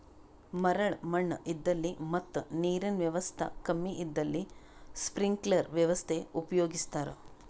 ಮರಳ್ ಮಣ್ಣ್ ಇದ್ದಲ್ಲಿ ಮತ್ ನೀರಿನ್ ವ್ಯವಸ್ತಾ ಕಮ್ಮಿ ಇದ್ದಲ್ಲಿ ಸ್ಪ್ರಿಂಕ್ಲರ್ ವ್ಯವಸ್ಥೆ ಉಪಯೋಗಿಸ್ತಾರಾ